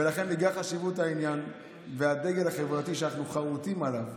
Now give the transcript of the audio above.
ולכן בגלל חשיבות העניין והדגל החברתי ומה שאנחנו חורתים עליו,